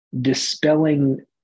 dispelling